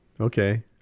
okay